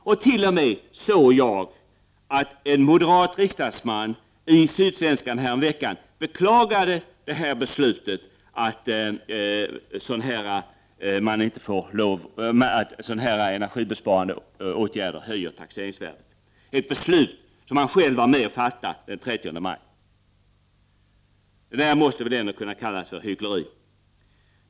Jag såg häromveckan i Sydsvenskan att t.o.m. en moderat riksdagsman beklagade beslutet att sådana energibesparande åtgärder tillåts höja taxeringsvärdet, ett beslut som han själv var med om att fatta den 30 maj! Det måste väl ändå kallas för hyckleri.